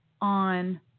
on